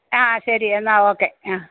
ആ ശരി എന്നാൽ ഓക്കെ ആ